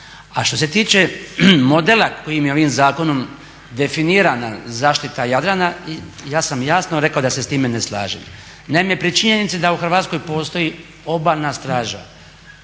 A što se tiče modela kojim je ovim zakonom definirana zaštita Jadrana ja sam jasno rekao da se s time ne slažem. Naime, pri činjenici da u Hrvatskoj postoji obalna straža